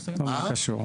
מה זה קשור?